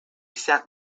sat